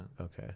Okay